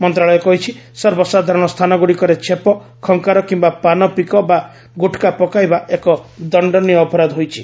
ମନ୍ତ୍ରଣାଳୟ କହିଛି ସର୍ବସାଧାରଣ ସ୍ଥାନଗୁଡ଼ିକରେ ଛେପ ଖଙ୍କାର କିମ୍ବା ପାନ ପିକ ବା ଗୁଟକା ପକାଇବା ଏକ ଦଶ୍ଚନିୟ ଅପରାଧ ହୋଇଛି